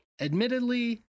Admittedly